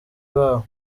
babo